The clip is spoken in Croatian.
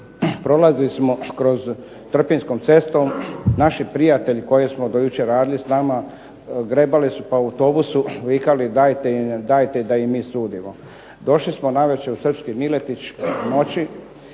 prolazili smo Trpinjskom cestom. Naši prijatelji koji su do jučer radili s nama, grebali su po autobusu, vikali: "Dajte da im mi sudimo." Došli smo navečer u srpski Miletić, u noći.